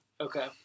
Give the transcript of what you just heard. Okay